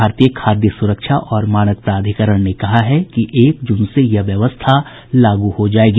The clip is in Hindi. भारतीय खाद्य सुरक्षा और मानक प्राधिकरण ने कहा है कि एक जून से यह व्यवस्था लागू हो जायेगी